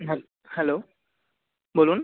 হ্যাঁ হ্যালো বলুন